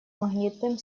магнитным